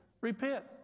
repent